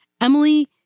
Emily